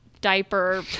diaper